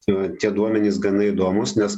t tie duomenys gana įdomūs nes